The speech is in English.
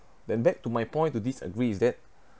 then back to my point to disagree is that